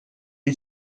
est